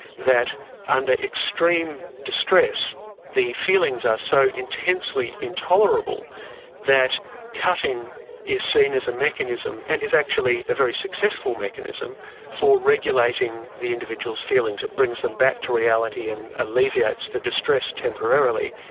that under extreme distress the feelings are so intensely intolerable that cutting is seen as a mechanism and is actually a very successful mechanism for regulating the individual's feelings. it brings them back to reality and alleviates the distress temporarily.